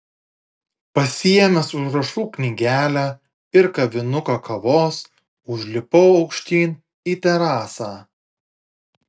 pasiėmęs užrašų knygelę ir kavinuką kavos užlipau aukštyn į terasą